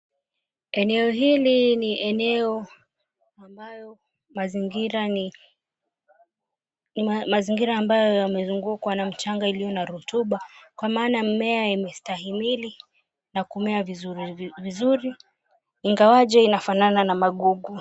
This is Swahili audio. Eneo hili ni eneo ambayo mazingira ni mazingira ambayo yamezungukwa na mchanga iliyo na rutuba kwa maana mimea imestahimili na kumea vizuri, ingawaje inafanana na magugu.